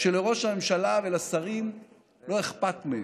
שלראש הממשלה ולשרים לא אכפת מהם.